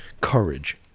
courage